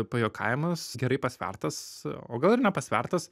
pajuokavimas gerai pasvertas o gal ir nepasvertas